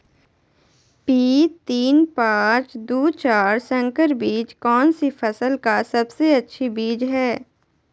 P तीन पांच दू चार संकर बीज कौन सी फसल का सबसे अच्छी बीज है?